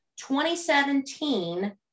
2017